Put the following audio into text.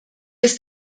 ist